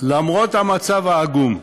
למרות המצב העגום,